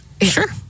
Sure